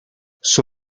suo